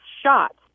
shot